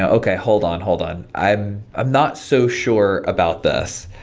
ah okay, hold on, hold on. i'm i'm not so sure about this.